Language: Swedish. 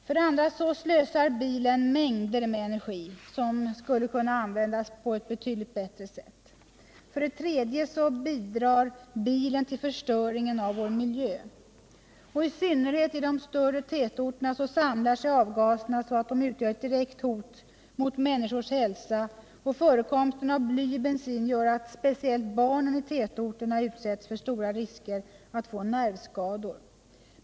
För det andra slösar bilen mängder med energi, som skulle kunna användas på betydligt bättre sätt. För det tredje bidrar bilen till förstöringen av vår miljö. I synnerhet i de större tätorterna samlas avgaserna, så att de utgör ett direkt hot mot människors hälsa. Förekomsten av bly i bensin gör att speciellt barnen i tätorterna utsätts för stora risker att få nervskador.